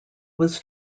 was